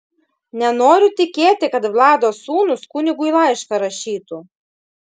nenoriu tikėti kad vlado sūnūs kunigui laišką rašytų